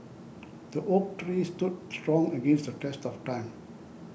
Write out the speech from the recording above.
the oak tree stood strong against the test of time